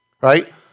Right